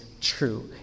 true